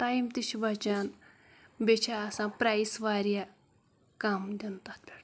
time تہِ چھِ بَچان بیٚیہِ چھِ آسان پرٛایِس واریاہ کَم دِیُن تَتھ پٮ۪ٹھ